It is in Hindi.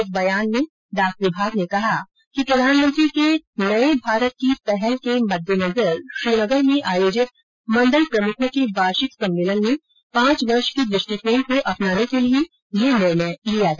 एक बयान में डाक विभाग ने कहा कि प्रधानमंत्री के नए भारत की पहल के मद्देनजर श्रीनगर में आयोजित मंडल प्रमुखों के वार्षिक सम्मेलन में पांच वर्ष के दृष्टिकोण को अपनाने के लिए यह निर्णय लिया गया